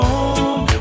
home